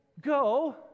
go